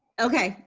okay,